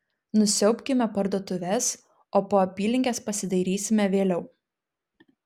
nusiaubkime parduotuves o po apylinkes pasidairysime vėliau